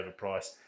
overpriced